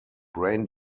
brain